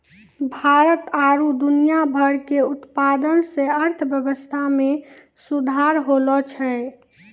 भारत आरु दुनिया भर मे उत्पादन से अर्थव्यबस्था मे सुधार होलो छै